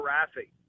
Rafi